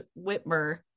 whitmer